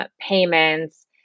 payments